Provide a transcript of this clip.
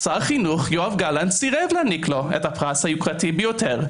שר החינוך יואב גלנט סירב להעניק לו את הפרס היוקרתי ביותר,